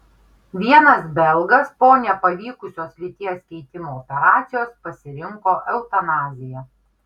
vienas belgas po nepavykusios lyties keitimo operacijos pasirinko eutanaziją